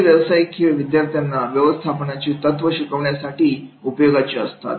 असे व्यावसायिक खेळ विद्यार्थ्यांना व्यवस्थापनाची तत्व शिकण्यासाठी उपयोगाचे असतात